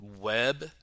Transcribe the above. web